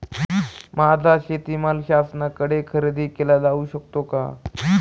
माझा शेतीमाल शासनाकडे खरेदी केला जाऊ शकतो का?